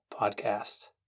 podcast